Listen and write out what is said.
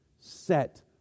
set